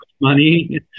money